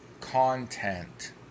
content